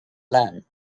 land